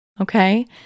okay